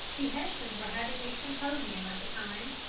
the hessians were having a symposium at the time,